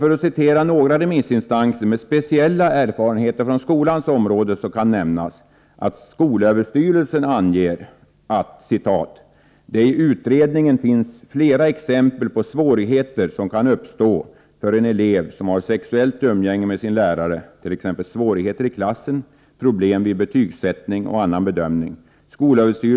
För att citera några remissinstanser med speciella erfarenheter från skolans område kan nämnas att skolöverstyrelsen anger, att ”det i utredningen finns flera exempel på svårigheter som kan uppstå för en elev som har sexuellt umgänge med sin lärare, t.ex. svårigheter i klassen, problem vid betygssättning och annan bedömning.